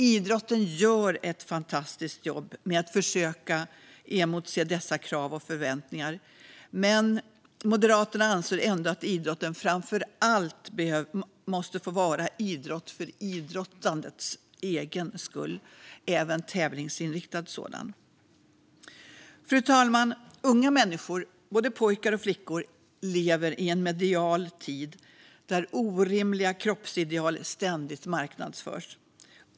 Idrotten gör ett fantastiskt jobb med att försöka emotse dessa krav och förväntningar, men Moderaterna anser ändå att idrotten framför allt måste få vara idrott för idrottandets egen skull, även tävlingsinriktad sådan. Fru talman! Unga människor, både pojkar och flickor, lever i en medial tid där orimliga kroppsideal ständigt marknadsförs.